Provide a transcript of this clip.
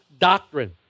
doctrine